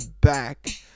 back